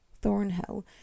Thornhill